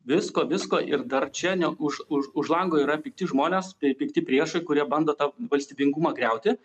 visko visko ir dar čia ne už už už lango yra pikti žmonės tai pikti priešai kurie bando tą valstybingumą griauti